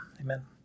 Amen